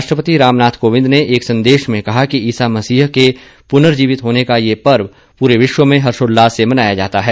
राष्ट्रपति रामनाथ कोविद ने एक संदेश में कहा कि ईसा मसीह के पुनर्जीवित होने का यह पर्व पूरे विश्व में हर्षोल्ला्स से मनाया जाता है